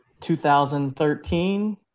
2013